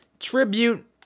Tribute